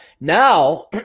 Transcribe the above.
now